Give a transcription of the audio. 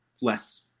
less